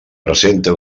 presenta